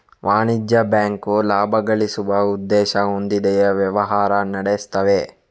ವಾಣಿಜ್ಯ ಬ್ಯಾಂಕು ಲಾಭ ಗಳಿಸುವ ಉದ್ದೇಶ ಹೊಂದಿಯೇ ವ್ಯವಹಾರ ನಡೆಸ್ತವೆ